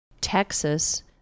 Texas